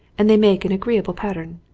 and they make an agreeable pattern.